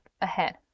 ahead